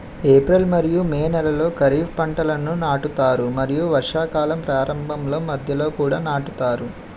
April మరియు May నెలలో ఖరీఫ్ పంటలను నాటుతారు మరియు వర్షాకాలం ప్రారంభంలో మధ్యలో కూడా నాటుతారు